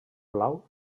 blau